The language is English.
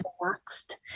relaxed